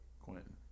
Quentin